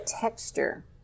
texture